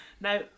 Now